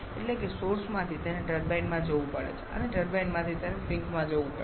એટલે કે સોર્સમાંથી તેને ટર્બાઇનમાં જવું પડે છે અને ટર્બાઇનમાંથી તેને સિંકમાં જવું પડે છે